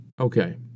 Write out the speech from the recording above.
Okay